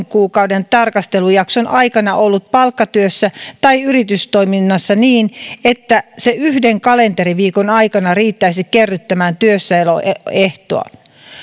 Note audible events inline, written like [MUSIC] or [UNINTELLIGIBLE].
[UNINTELLIGIBLE] kuukauden tarkastelujakson aikana ollut palkkatyössä tai yritystoiminnassa niin että se yhden kalenteriviikon aikana riittäisi kerryttämään työssäoloehtoa